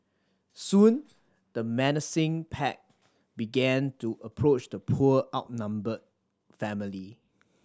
soon the menacing pack began to approach the poor outnumbered family